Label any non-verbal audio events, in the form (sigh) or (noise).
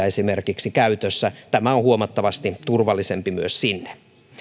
(unintelligible) esimerkiksi mopoautoja tämä on huomattavasti turvallisempi myös sinne